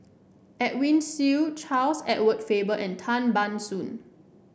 Edwin Siew Charles Edward Faber and Tan Ban Soon